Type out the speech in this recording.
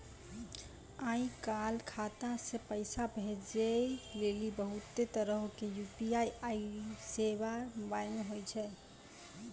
आय काल खाता से पैसा भेजै लेली बहुते तरहो के यू.पी.आई सेबा मोबाइल मे होय छै